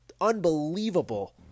unbelievable